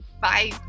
bye